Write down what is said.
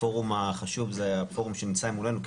והפורום החשוב זה הפורום שנמצא מולנו כי